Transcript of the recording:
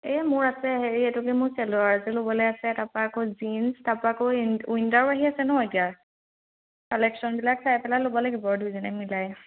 এই মোৰ আছে হেৰি এইটো কি মোৰ চেলোৱাৰ এজোৰ ল'বলে আছে তাপা আকৌ জিন্ছ তাপা আকৌ উইণ্ট উইণ্টাৰো আহি আছে ন এতিয়া কালেকশ্যনবিলাক চাই পেলাই ল'ব লাগিব দুইজনে মিলাই